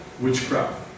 Witchcraft